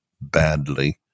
badly